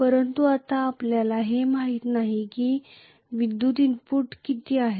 परंतु आता आपल्याला हे माहित नाही की विद्युत इनपुट किती आहे